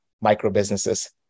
micro-businesses